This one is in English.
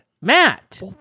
Matt